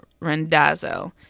rendazzo